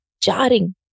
jarring